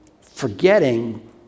forgetting